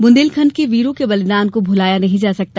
बुदेलखंड के वीरों के बलिदान को भुलाया नहीं जा सकता